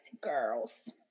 girls